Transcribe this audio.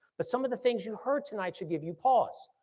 but some of the things you heard tonight should give you pause,